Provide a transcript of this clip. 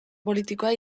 politikoa